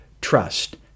trust